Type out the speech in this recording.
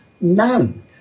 none